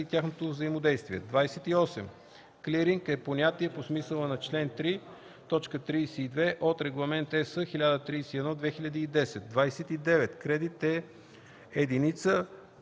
и тяхното взаимодействие. 28. „Клиринг” е понятие по смисъла на член 3, т. 32 от Регламент (ЕС) № 1031/2010. 29. „Кредит” е „Единица